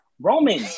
Roman